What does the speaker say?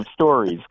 stories